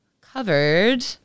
covered